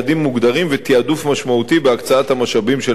ותעדוף משמעותי בהקצאת המשאבים של המשרד.